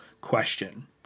question